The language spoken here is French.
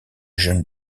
jeune